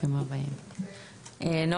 אני